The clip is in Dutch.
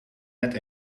net